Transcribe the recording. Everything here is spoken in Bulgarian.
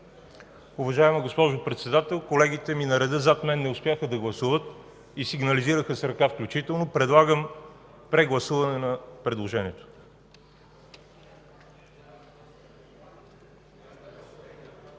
Уважаема госпожо председател, колегите ми на реда зад мен не успяха да гласуват и сигнализираха с ръка включително. Предлагам прегласуване на предложението.